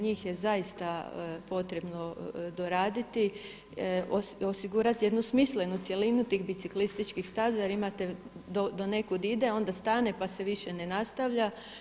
Njih je zaista potrebno doraditi, osigurati jednu smislenu cjelinu tih biciklističkih staza, jer imate do nekud ide, onda stane, pa se više ne nastavlja.